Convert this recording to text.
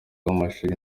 b’amashuri